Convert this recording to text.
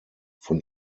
von